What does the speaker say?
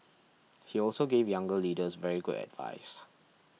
he also gave younger leaders very good advice